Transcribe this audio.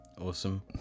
Awesome